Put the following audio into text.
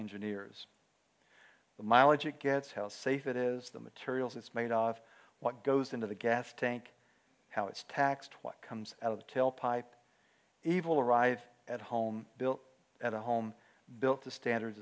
engineers the mileage it gets how safe it is the materials it's made of what goes into the gas tank how it's taxed what comes out of tailpipe evil arrive at home built at a home built to standards